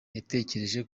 yatekereje